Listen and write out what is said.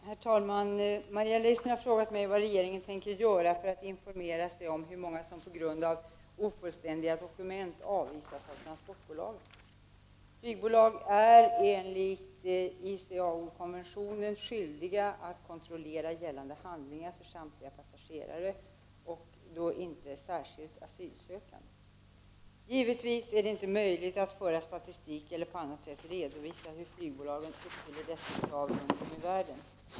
Herr talman! Maria Leissner har frågat mig, vad regeringen tänker göra för att informera sig om hur många som på grund av ofullständiga dokument avvisas av transportbolagen. Flygbolag är enligt ICAO-konventionen skyldiga att kontrollera gällande handlingar för samtliga passagerare och då inte särskilt asylsökande. Givetvis är det inte möjligt att föra statistik eller på annat sätt redovisa hur flygbolagen uppfyller dessa krav runt om i världen.